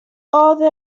order